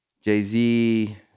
Jay-Z